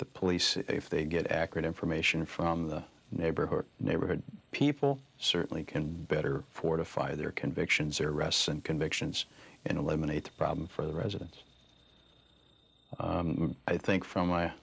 the police if they get accurate information from the neighborhood neighborhood people certainly can better fortify their convictions or arrests and convictions and eliminate the problem for the residents i think from my